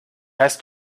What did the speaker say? heißt